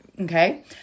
Okay